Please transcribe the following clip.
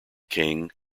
king